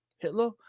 Hitler